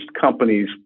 companies